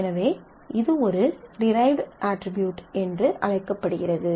எனவே இது ஒரு டிரைவ்ட் அட்ரிபியூட் என்று அழைக்கப்படுகிறது